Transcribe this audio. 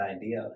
idea